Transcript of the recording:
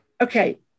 okay